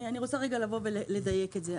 אני רוצה רגע לבוא ולדייק את זה.